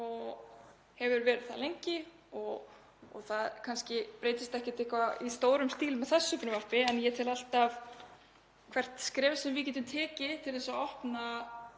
og hefur verið það lengi og það kannski breytist ekkert í stórum stíl með þessu frumvarpi en ég tel hvert skref sem við getum tekið til að opna